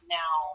now